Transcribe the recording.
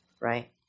Right